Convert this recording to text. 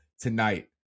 Tonight